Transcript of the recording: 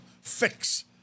fix